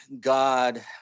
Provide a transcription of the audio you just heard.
God